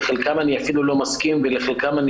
לחלקם אני אפילו לא מסכים ועל חלקם אני